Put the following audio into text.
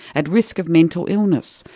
at risk of mental illness,